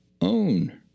own